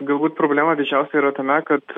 galbūt problema didžiausia yra tame kad